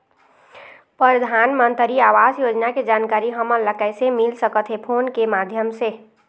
परधानमंतरी आवास योजना के जानकारी हमन ला कइसे मिल सकत हे, फोन के माध्यम से?